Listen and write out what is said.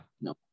no